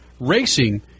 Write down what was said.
racing